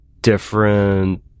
different